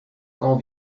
quand